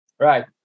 Right